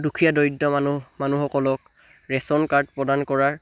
দুখীয়া দৰিদ্ৰ মানুহ মানুহসকলক ৰেচন কাৰ্ড প্ৰদান কৰাৰ